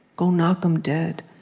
go knock em dead.